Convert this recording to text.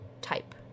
type